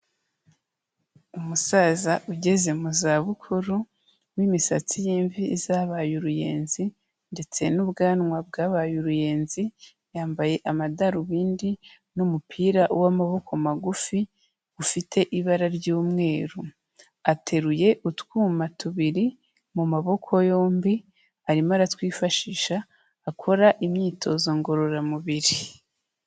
Umusaza ugeze mu zabukuru w'imisatsi y'imvi zabaye uruyenzi ndetse n'ubwanwa bwabaye uruyenzi, yambaye amadarubindi n'umupira w'amaboko magufi ufite ibara ry'umweru, ateruye utwuma tubiri mu maboko yombi arimo aratwifashisha akora imyitozo ngororamubiri.